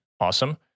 awesome